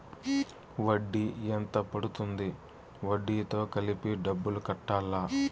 వడ్డీ ఎంత పడ్తుంది? వడ్డీ తో కలిపి డబ్బులు కట్టాలా?